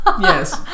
yes